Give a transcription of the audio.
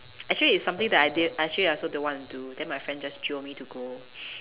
actually it's something that I didn't actually I also don't want to do then my friend just jio me to go